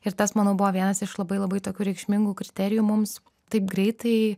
ir tas manau buvo vienas iš labai labai tokių reikšmingų kriterijų mums taip greitai